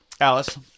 Alice